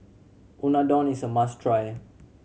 unadon is a must try